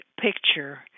picture